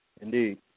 Indeed